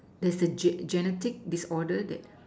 there's a Ge~ genetic disorder that